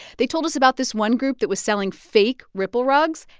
they told us about this one group that was selling fake ripple rugs.